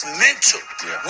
mental